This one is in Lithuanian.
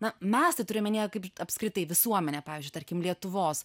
na mes tai turiu omenyje kaip apskritai visuomenę pavyzdžiui tarkim lietuvos